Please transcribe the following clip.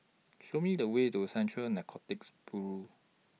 Show Me The Way to Central Narcotics Bureau